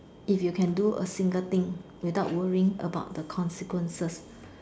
if you can do a single thing without worrying about the consequences